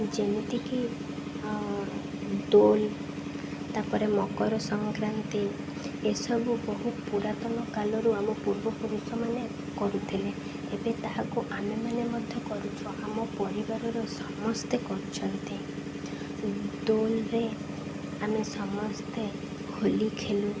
ଯେମିତିକି ଦୋଲ ତାପରେ ମକର ସଂକ୍ରାନ୍ତି ଏସବୁ ବହୁ ପୁରାତନ କାଲରୁ ଆମ ପୂର୍ବପୁରୁଷମାନେ କରୁଥିଲେ ଏବେ ତାହାକୁ ଆମେମାନେ ମଧ୍ୟ କରୁଛୁ ଆମ ପରିବାରର ସମସ୍ତେ କରୁଛନ୍ତି ଦୋଲରେ ଆମେ ସମସ୍ତେ ହୋଲି ଖେଲୁ